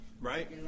Right